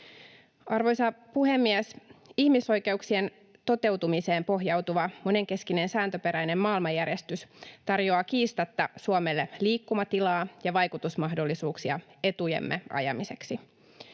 Arvoisa puhemies! Ihmisoikeuksien toteutumiseen pohjautuva monenkeskinen sääntöperäinen maailmanjärjestys tarjoaa kiistatta Suomelle liikkumatilaa ja vaikutusmahdollisuuksia etujemme ajamiseksi.